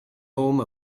home